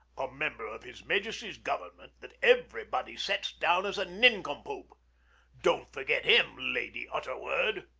a member of his majesty's government that everybody sets down as a nincompoop don't forget him, lady utterword.